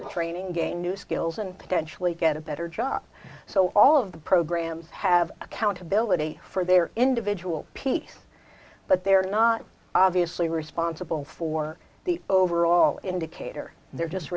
the training gain new skills and potentially get a better job so all of the programs have accountability for their individual peak but they're not obviously responsible for the overall indicator they're just